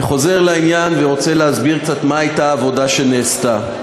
אני חוזר לעניין ורוצה להסביר קצת מה הייתה העבודה שנעשתה.